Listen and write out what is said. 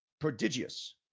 prodigious